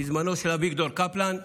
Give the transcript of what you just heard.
שבזמנו גייס אביגדור קפלן.